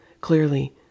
Clearly